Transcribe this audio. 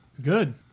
Good